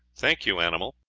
thank you, animal.